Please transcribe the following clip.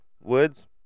woods